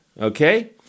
Okay